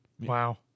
Wow